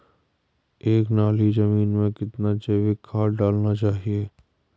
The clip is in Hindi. एक नाली जमीन में कितना जैविक खाद डालना चाहिए?